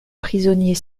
prisonniers